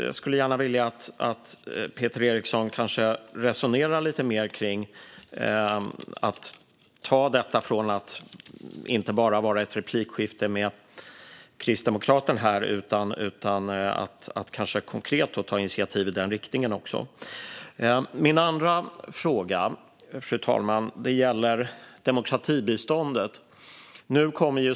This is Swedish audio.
Jag skulle gärna vilja att Peter Eriksson resonerade lite mer kring detta och tog det vidare, från ett replikskifte med kristdemokraten här till kanske ett konkret initiativ i den riktningen. Min andra fråga, fru talman, gäller demokratibiståndet.